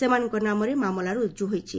ସେମାନଙ୍କ ନାମରେ ମାମଲା ରୁଜୁ ହୋଇଛି